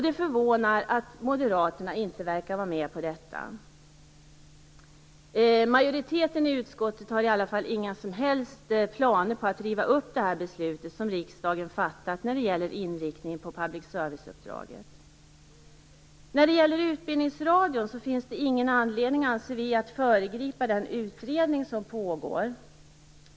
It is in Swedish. Det förvånar att Moderaterna inte verkar vara med på detta. Majoriteten i utskottet har inga som helst planer på att riva upp beslutet som riksdagen fattat när det gäller inriktningen på public service-uppdraget. När det gäller Utbildningsradion finns det ingen anledning att föregripa den utredning som pågår.